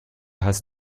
hast